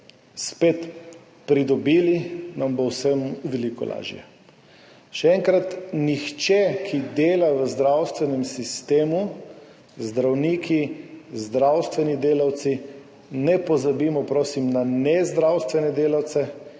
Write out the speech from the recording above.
spet pridobili, nam bo vsem veliko lažje. Še enkrat, nihče, ki dela v zdravstvenem sistemu –zdravniki, zdravstveni delavci, ne pozabimo, prosim, na nezdravstvene delavce